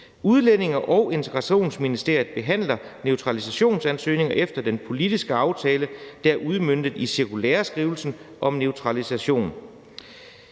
Udlændinge- og Integrationsministeriet behandler naturalisationsansøgninger efter den politiske aftale, der er udmøntet i cirkulæreskrivelsen om naturalisation.